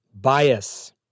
bias